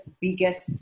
biggest